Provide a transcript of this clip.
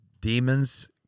demons